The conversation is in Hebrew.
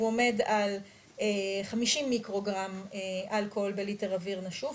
והוא עומד על 50 מיקרוגרם אלכוהול בליטר אויר נשוף,